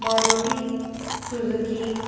Maruti Suzuki